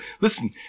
Listen